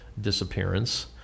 disappearance